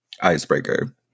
icebreaker